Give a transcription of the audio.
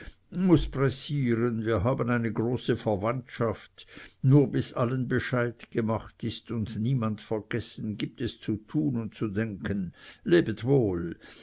muß pressieren wir haben eine große verwandtschaft nur bis allen bescheid gemacht ist und niemand vergessen gibt es zu tun und zu denken lebet wohl